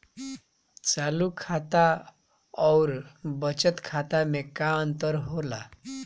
चालू खाता अउर बचत खाता मे का अंतर होला?